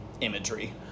imagery